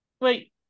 wait